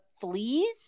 fleas